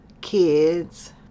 kids